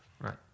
Right